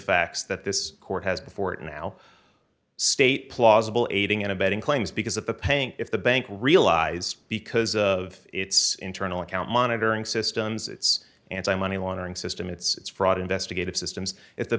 facts that this court has before it now state plausible aiding and abetting claims because of the paying if the bank realize because of its internal account monitoring systems it's and i money laundering system it's fraud investigative systems if the